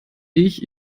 ich